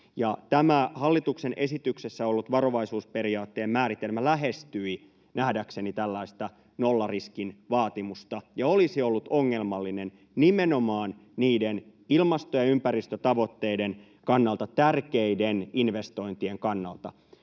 Hallituksen esityksessä ollut varovaisuusperiaatteen määritelmä lähestyi nähdäkseni tällaista nollariskin vaatimusta ja olisi ollut ongelmallinen nimenomaan niiden ilmasto- ja ympäristötavoitteiden kannalta tärkeiden investointien kannalta.